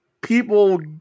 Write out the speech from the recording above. People